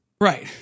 right